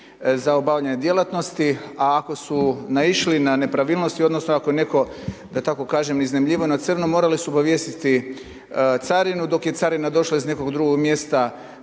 za obavljanje djelatnosti a ako su naišli na nepravilnosti odnosno ako je netko da tako kažem, iznajmljivao na crno, morali su obavijestiti carinu, dok je carina došla iz nekog drugog mjesta,